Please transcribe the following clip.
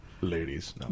ladies